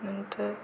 नंतर